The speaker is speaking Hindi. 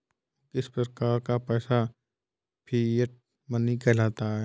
किस प्रकार का पैसा फिएट मनी कहलाता है?